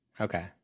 Okay